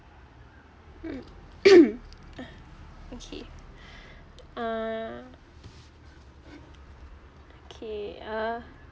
mm okay uh okay uh